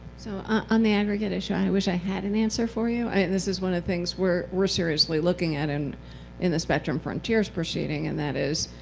so ah on the aggregate issue, i wish i had an answer for you. and this is one of the things we're we're seriously looking at and in the spectrum frontiers proceeding, and that is,